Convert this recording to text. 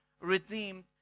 redeemed